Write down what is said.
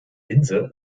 linse